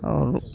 और